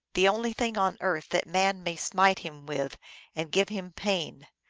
the only thing on earth that man may smite him with and give him pain.